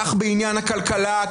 כך בעניין הכלכלה,